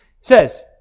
Says